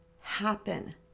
happen